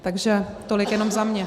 Takže tolik jenom za mě.